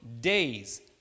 days